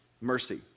mercy